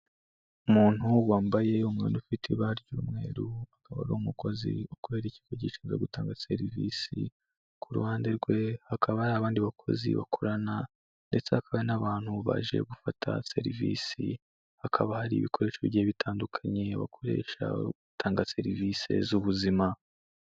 Umuntu wambaye umwenda ufite ibara ry'umweru, akaba ari umukozi ukorera ikigo gishinzwe gutanga serivisi, ku ruhande rwe hakaba hari abandi bakozi bakorana ndetse hakaba hari n'abantu baje gufata serivisi, hakaba hari ibikoresho bigiye bitandukanye bakoresha batanga serivisi z'ubuzima.